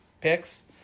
picks